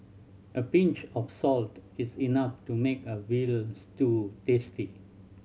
a pinch of salt is enough to make a veal stew tasty